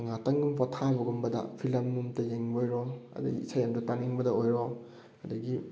ꯉꯥꯛꯇꯪ ꯄꯣꯊꯥꯕꯒꯨꯝꯕꯗ ꯐꯤꯂꯝ ꯑꯝꯇ ꯌꯦꯡꯕ ꯑꯣꯏꯔꯣ ꯑꯗꯩ ꯏꯁꯩ ꯑꯃꯇ ꯇꯥꯅꯤꯡꯕꯗ ꯑꯣꯏꯔꯣ ꯑꯗꯒꯤ